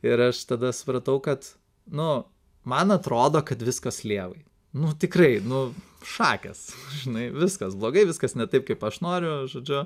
ir aš tada supratau kad nu man atrodo kad viskas lievai nu tikrai nu šakės žinai viskas blogai viskas ne taip kaip aš noriu žodžiu